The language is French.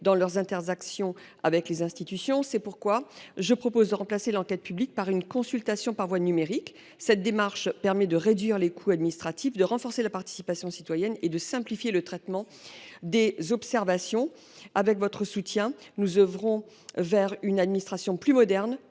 dans leurs interactions avec les institutions. C’est pourquoi je propose de remplacer l’enquête publique par une consultation du public par voie électronique. Cette démarche permettrait de réduire les coûts administratifs, de renforcer la participation citoyenne et de simplifier le traitement des observations recueillies. Avec votre soutien, mes chers collègues, nous œuvrons en faveur d’une administration plus moderne,